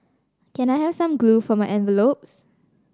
can I have some glue for my envelopes